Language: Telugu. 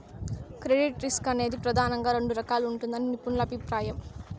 క్రెడిట్ రిస్క్ అనేది ప్రెదానంగా రెండు రకాలుగా ఉంటదని నిపుణుల అభిప్రాయం